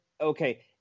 okay